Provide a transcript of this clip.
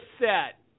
set